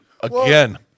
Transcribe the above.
again